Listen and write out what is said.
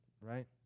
right